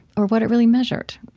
or what it really measured,